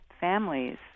families